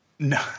No